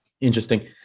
Interesting